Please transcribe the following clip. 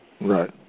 Right